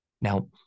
Now